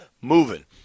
moving